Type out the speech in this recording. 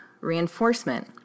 reinforcement